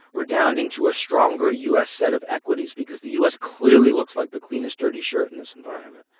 redounding to a stronger u s. set of equities, because the u s. clearly looks like the cleanest dirty shirt in this environment.